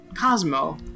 Cosmo